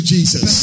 Jesus